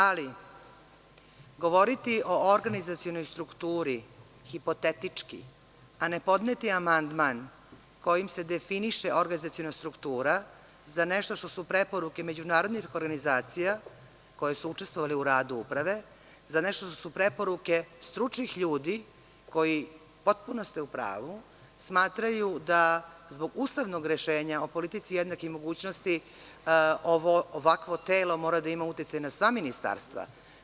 Ali, govoriti o organizacionoj strukturi hipotetički a ne podneti amandman kojim se definiše organizaciona struktura za nešto što su preporuke međunarodnih organizacija koje su učestvovale u radu uprave, za nešto što su preporuke stručnih ljudi koji, potpuno ste u pravu, smatraju da zbog ustanog rešenja o politici jednakih mogućnosti, ovo ovakvo telo mora da ima uticaj na sva ministarstva.